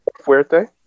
Fuerte